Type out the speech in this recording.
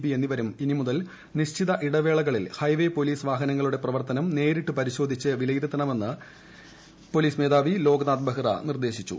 P എന്നിവരും ഇനിമുതൽ നിശ്ചിത ഇടവേളകളിൽ ഹൈവേ പോലീസ് വാഹനങ്ങളുടെ പ്രവർത്തനം നേരിട്ടു പരിശോധിച്ച് വിലയിരുത്തണമെന്ന് പോലീസ് മേധാവി ലോക്നാഥ് ബെഹ്റ നിർദേശിച്ചു